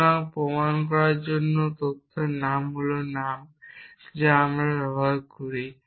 সুতরাং প্রমাণ করার তত্ত্ব হল নাম যা আমরা ব্যবহার করি